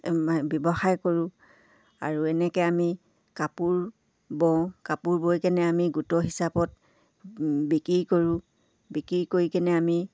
ব্যৱসায় কৰোঁ আৰু এনেকে আমি কাপোৰ বওঁ কাপোৰ বৈ কেনে আমি গোটৰ হিচাপত বিক্ৰী কৰোঁ বিক্ৰী কৰি কিনে আমি